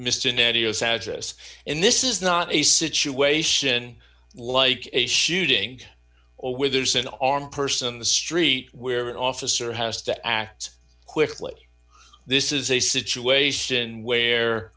savages and this is not a situation like a shooting or where there's an armed person in the street where an officer has to act quickly this is a situation where